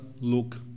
look